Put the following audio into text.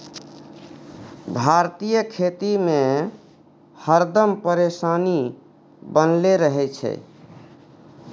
भारतीय खेती में हरदम परेशानी बनले रहे छै